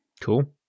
Cool